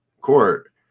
court